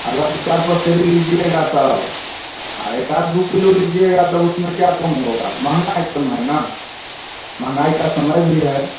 अगर दो चार पसेरी लीजिएगा तब एक आध दो किलो लीजिएगा तब उसमें क्या कम होगा महँगा आइटम है ना महँगाई का समय भी है